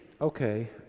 okay